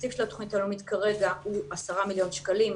התקציב של התוכנית הלאומית כרגע הוא 10 מיליון שקלים,